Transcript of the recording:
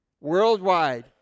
worldwide